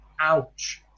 Ouch